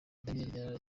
daniels